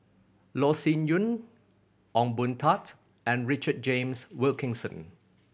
Loh Sin Yun Ong Boon Tat and Richard James Wilkinson